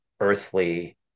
earthly